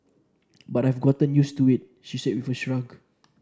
but I've got used to it she said with a shrug